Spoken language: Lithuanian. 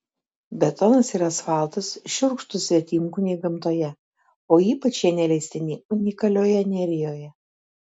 betonas ir asfaltas šiurkštūs svetimkūniai gamtoje o ypač jie neleistini unikalioje nerijoje